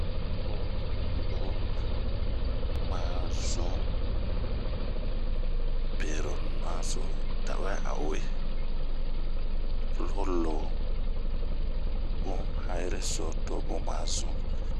Mu nɛɛ abbaa ao loo ma zunh be ronaso tawɛ a we, ho loo bun ha'iri so to bun ma zun.